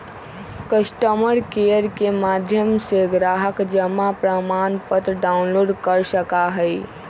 customer care के माध्यम से ग्राहक जमा प्रमाणपत्र डाउनलोड कर सका हई